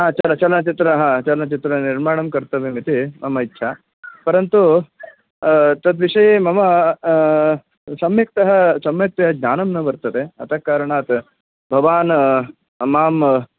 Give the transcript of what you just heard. चलचित्रः चलचित्रनिर्माणं कर्तव्यम् इति मम इच्छा परन्तु तद्विषये मम सम्यक्तः सम्यक्तया ज्ञानं न वर्तते अत कारणात् भवान् माम्